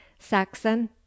saxon